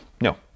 no